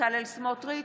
בצלאל סמוטריץ'